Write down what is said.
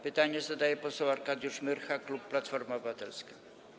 Pytanie zadaje poseł Arkadiusz Myrcha, klub Platforma Obywatelska.